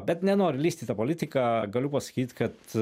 bet nenoriu lįst į tą politiką galiu pasakyt kad